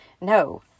no